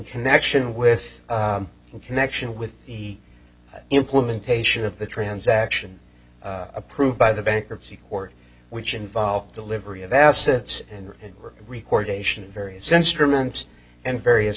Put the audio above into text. connection with in connection with the implementation of the transaction approved by the bankruptcy court which involved delivery of assets and work record various instruments and various